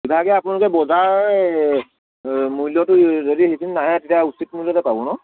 ইভাগে আপোনালোকে বজাৰ মূল্যটো যদি উচিত নাহে তেতিয়া উচিত মূল্যতে পাব ন'